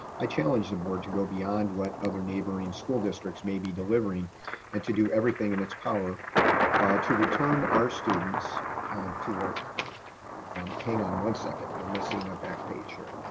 i challenge the board to go beyond what other neighboring school districts may be delivering and to do everything in its power to return our students um who are um hang on one second. we're missing a back page here.